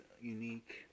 unique